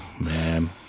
man